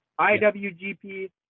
IWGP